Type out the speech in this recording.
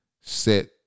set